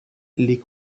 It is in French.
les